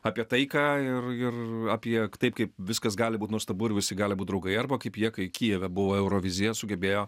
apie taiką ir ir apie tai kaip viskas gali būt nuostabu ir visi gali būt draugai arba kaip jie kai kijeve buvo eurovizija sugebėjo